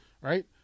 Right